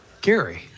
Gary